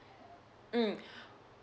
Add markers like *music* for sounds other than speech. mm *breath*